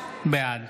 בעד